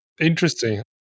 Interesting